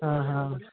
ਹਾਂ ਹਾਂ